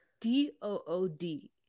d-o-o-d